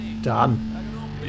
done